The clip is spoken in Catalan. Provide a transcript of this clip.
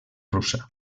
russa